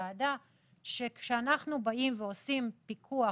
הוועדה - שכאשר אנחנו באים ועושים פיקוח